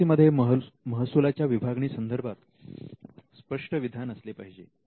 पॉलिसीमध्ये महसुलाच्या विभागणी संदर्भात स्पष्ट विधान असले पाहिजे